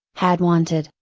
had wanted,